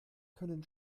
können